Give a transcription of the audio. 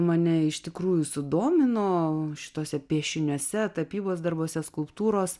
mane iš tikrųjų sudomino šituose piešiniuose tapybos darbuose skulptūros